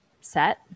set